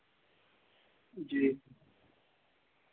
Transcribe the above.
जी